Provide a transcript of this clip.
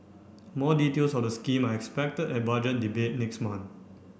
more details of the scheme are expected at Budget Debate next month